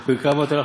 אני לא שומעת.